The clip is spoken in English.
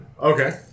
Okay